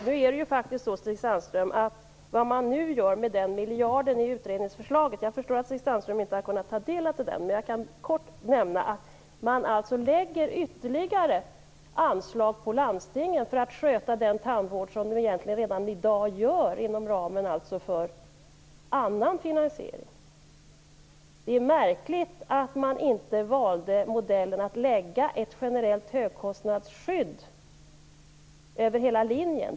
Herr talman! Jag förstår att Stig Sandström inte har kunnat ta del av utredningsförslaget, men jag kan i korthet nämna att man lägger ytterligare anslag på landstingen för att de skall sköta den tandvård som de redan sköter inom ramen för annan finansiering. Det är märkligt att man inte valde modellen att lägga ett generellt högkostnadsskydd över hela linjen.